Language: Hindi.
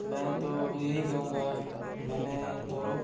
मैं तो यही कहूँगा मैंने तो